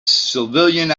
civilian